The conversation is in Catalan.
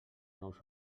nous